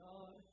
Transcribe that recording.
God